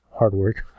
Hardwork